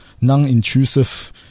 non-intrusive